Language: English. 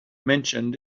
mentioned